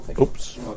Oops